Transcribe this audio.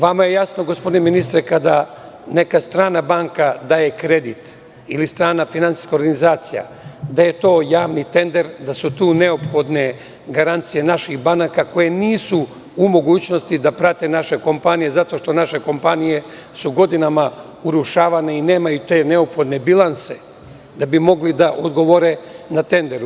Vama je jasno, gospodine ministre, kada neka strana banka daje kredit, ili strana finansijska organizacija, da je to javni tender, da su tu neophodne garancije naših banaka koje nisu u mogućnosti da prate naše kompanije, zato što su naše kompanije godinama urušavane i nemaju te neophodne bilanse da bi mogli da odgovore na tenderu.